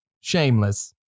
shameless